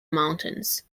mountains